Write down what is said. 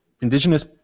indigenous